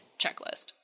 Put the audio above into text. checklist